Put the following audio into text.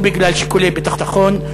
או בגלל שיקולי ביטחון,